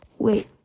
Wait